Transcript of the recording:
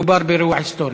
מדובר באירוע היסטורי.